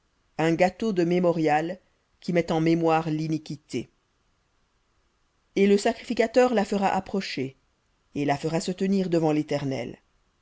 un gâteau de mémorial qui met en mémoire liniquité et le sacrificateur la fera approcher et la fera se tenir devant l'éternel